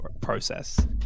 process